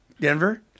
Denver